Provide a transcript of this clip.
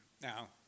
Now